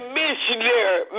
missionary